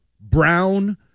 Brown